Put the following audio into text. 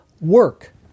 work